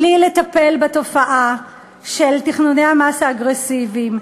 ללא טיפול בתופעה של תכנוני המס האגרסיביים,